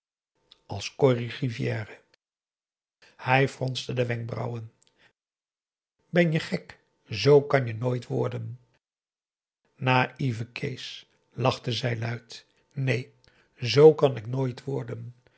corrie rivière hij fronste de wenkbrauwen ben je gek z kan je nooit worden naïeve kees lachte zij luid neen z kan ik nooit worden